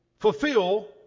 Fulfill